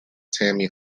tammany